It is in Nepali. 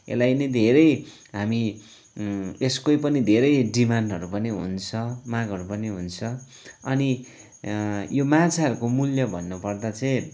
यसलाई नै धेरै हामी यसकै पनि धेरै डिमान्डहरू पनि हुन्छ मागहरू पनि हुन्छ अनि यो माछाहरूको मूल्य भन्नुपर्दा चाहिँ